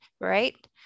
right